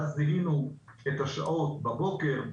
ואז זיהינו את השעות בבוקר,